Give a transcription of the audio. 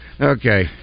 Okay